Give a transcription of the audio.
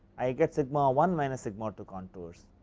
i get sigma one minus sigma two contours.